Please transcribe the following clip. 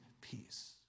peace